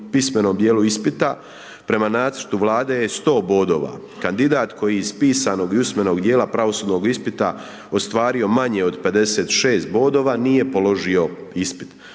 pismenom djelu ispita prema nacrtu Vlade je 100 bodova. Kandidat koji je iz pisanog i usmenog djela pravosudnog djela ostvario manje od 56 bodova nije položio ispit.